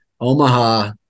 Omaha